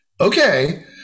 okay